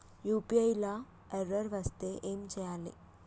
UPI లా error వస్తే ఏం చేయాలి?